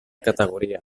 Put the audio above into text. categoria